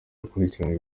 gukurikirana